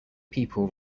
people